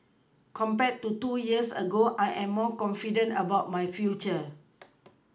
compared to two years ago I am more confident about my future